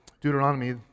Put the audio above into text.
Deuteronomy